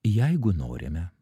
jeigu norime